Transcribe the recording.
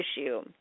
issue